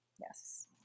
Yes